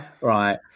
Right